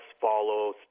follow